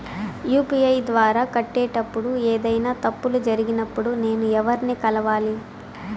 UPI ద్వారా కట్టేటప్పుడు ఏదైనా తప్పులు జరిగినప్పుడు నేను ఎవర్ని కలవాలి?